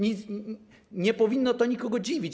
Nie powinno to nikogo dziwić.